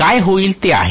काय होईल ते आहे